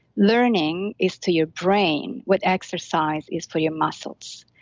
learning is to your brain what exercise is for your muscles.